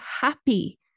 happy